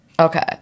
okay